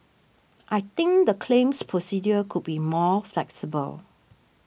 I think the claims procedure could be more flexible